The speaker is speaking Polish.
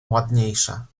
ładniejsze